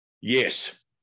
Yes